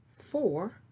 four